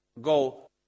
go